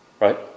right